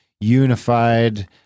unified